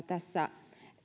tässä